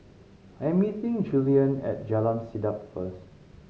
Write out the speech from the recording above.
I am meeting Juliann at Jalan Sedap first